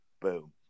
Boom